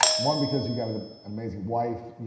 one because you've got an amazing wife,